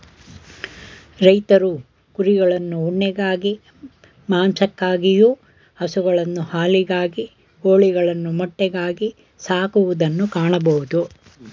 ರೈತ್ರು ಕುರಿಗಳನ್ನು ಉಣ್ಣೆಗಾಗಿ, ಮಾಂಸಕ್ಕಾಗಿಯು, ಹಸುಗಳನ್ನು ಹಾಲಿಗಾಗಿ, ಕೋಳಿಗಳನ್ನು ಮೊಟ್ಟೆಗಾಗಿ ಹಾಕುವುದನ್ನು ಕಾಣಬೋದು